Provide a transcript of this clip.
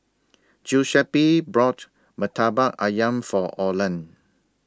Giuseppe brought Murtabak Ayam For Orland